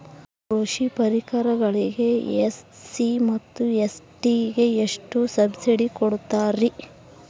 ಕೃಷಿ ಪರಿಕರಗಳಿಗೆ ಎಸ್.ಸಿ ಮತ್ತು ಎಸ್.ಟಿ ಗೆ ಎಷ್ಟು ಸಬ್ಸಿಡಿ ಕೊಡುತ್ತಾರ್ರಿ?